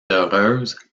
heureuse